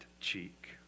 cheek